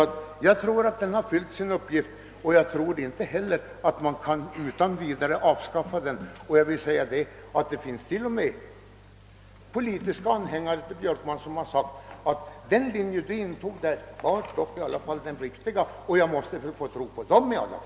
Jag tror alltså att denna har fyllt sin uppgift, och jag tror inte heller att den utan vidare kan avskaffas. Det finns t.o.m. anhängare av herr Björkmans parti som sagt, att den linje vi valde dock var den riktiga, och jag måste väl i alla fall kunna tro på dem.